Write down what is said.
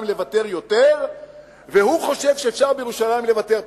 לוותר יותר והוא חושב שאפשר בירושלים לוותר פחות.